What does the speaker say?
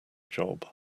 job